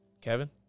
Kevin